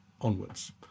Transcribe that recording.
onwards